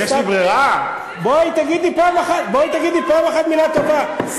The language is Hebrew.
בואי תגידי פעם אחת מילה טובה,